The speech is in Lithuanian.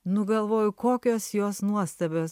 nu galvoju kokios jos nuostabios